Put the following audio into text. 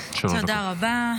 תודה רבה.